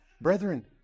Brethren